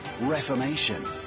reformation